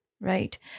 right